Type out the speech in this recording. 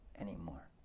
anymore